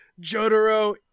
Jotaro